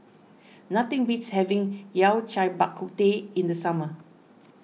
nothing beats having Yao Cai Bak Kut Teh in the summer